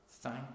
Thank